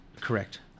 Correct